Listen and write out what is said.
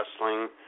wrestling